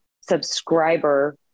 subscriber